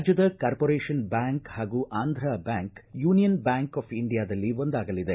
ರಾಜ್ಯದ corporation bank ಹಾಗೂ Andhra bank union bank of ಇಂಡಿಯಾದಲ್ಲಿ ಒಂದಾಗಲಿದೆ